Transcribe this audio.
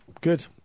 Good